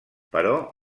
però